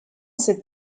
cette